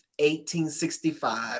1865